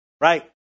right